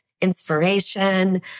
inspiration